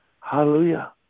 Hallelujah